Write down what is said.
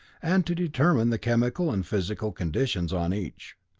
and to determine the chemical and physical conditions on each.